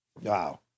Wow